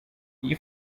iyi